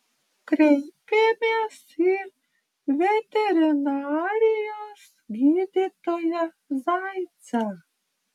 kreipėmės į veterinarijos gydytoją zaicą